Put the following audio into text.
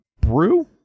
Brew